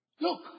Look